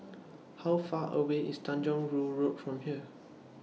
How Far away IS Tanjong Rhu Road from here